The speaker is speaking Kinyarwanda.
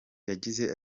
yagize